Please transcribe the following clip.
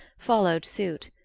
followed suit.